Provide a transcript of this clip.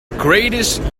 greatest